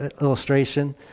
illustration